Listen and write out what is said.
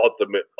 ultimate